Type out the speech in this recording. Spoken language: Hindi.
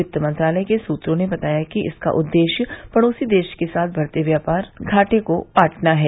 वित्त मंत्रालय के सूत्रों ने बताया कि इसका उद्देश्य पड़ोसी देश के साथ बढ़ते व्यापार घाटे को पाटना है